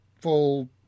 full